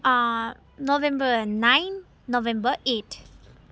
November nine November eight